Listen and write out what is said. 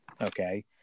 Okay